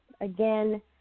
Again